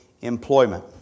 employment